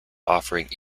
offering